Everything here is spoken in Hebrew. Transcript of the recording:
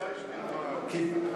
כדאי שתלמד,